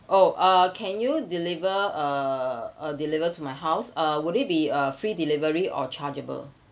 oh uh can you deliver uh uh deliver to my house uh would it be uh free delivery or chargeable